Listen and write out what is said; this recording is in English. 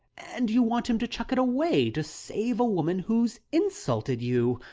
and you want him to chuck it away to save a woman who's insulted you.